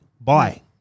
Bye